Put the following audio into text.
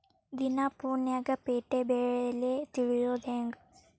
ದಿನಾ ಫೋನ್ಯಾಗ್ ಪೇಟೆ ಬೆಲೆ ತಿಳಿಯೋದ್ ಹೆಂಗ್?